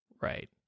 Right